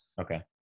Okay